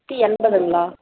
நானூற்றி எண்பதுங்களா